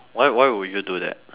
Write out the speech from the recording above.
why why would you do that